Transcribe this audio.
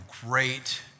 great